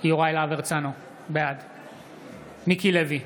יוראי להב הרצנו, בעד מיקי לוי,